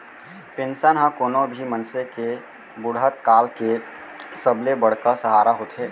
pension ह कोनो भी मनसे के बुड़हत काल के सबले बड़का सहारा होथे